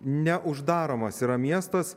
neuždaromas yra miestas